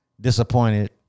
disappointed